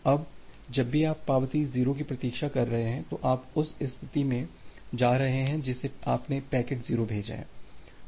अब जब भी आप पावती 0 की प्रतीक्षा कर रहे हैं तो आप उस स्थिति में जा रहे हैं जिसे आपने पैकेट 0 भेजा है